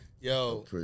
yo